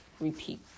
repeat